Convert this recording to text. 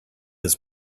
his